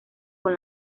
con